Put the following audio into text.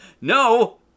No